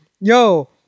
yo